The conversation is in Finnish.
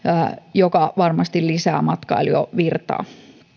joka varmasti lisää matkailijavirtaa